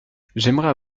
j’aimerais